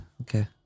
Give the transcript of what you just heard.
Okay